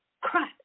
crap